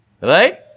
Right